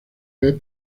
vez